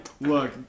look